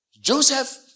Joseph